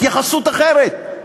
התייחסות אחרת.